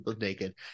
naked